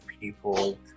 people